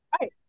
Right